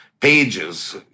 pages